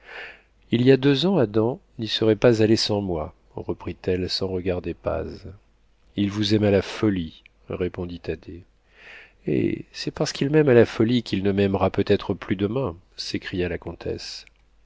il y a deux ans adam n'y serait pas allé sans moi reprit-elle sans regarder paz il vous aime à la folie répondit thaddée eh c'est parce qu'il m'aime à la folie qu'il ne m'aimera peut-être plus demain s'écria la comtesse